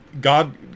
God